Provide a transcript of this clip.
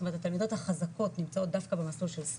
זאת אומרת התלמידות החזקות נמצאות דווקא במסלול של סולד,